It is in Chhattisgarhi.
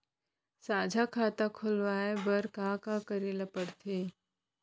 साझा खाता खोलवाये बर का का करे ल पढ़थे?